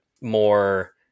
more